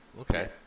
okay